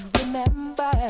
remember